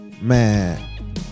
Man